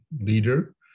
leader